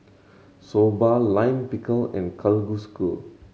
Soba Lime Pickle and Kalguksu